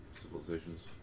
civilizations